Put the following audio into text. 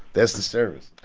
that's the service. i